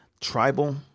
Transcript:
tribal